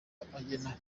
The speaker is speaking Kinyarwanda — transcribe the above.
agena